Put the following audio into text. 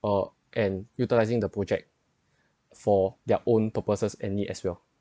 uh and utilizing the project for their own purposes and need as well